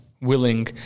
willing